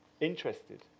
interested